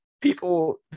People